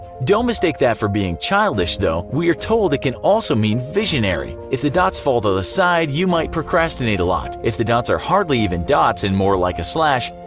don't mistake that for being childish, though, we are told it can also mean visionary. if the dots fall to the side, you might procrastinate a lot. if the dots are hardly even dots and more like a slash,